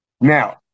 Now